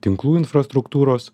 tinklų infrastruktūros